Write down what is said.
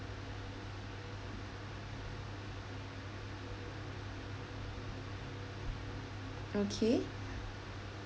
okay